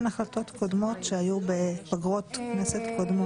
החלטות קודמות שהיו בפגרות כנסת קודמות.